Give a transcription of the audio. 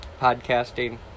podcasting